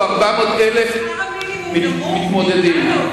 או 400,000 מתמודדים,